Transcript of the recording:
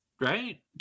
right